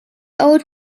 old